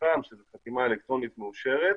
חכם שזאת חתימה אלקטרונית מאושרת.